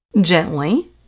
Gently